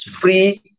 free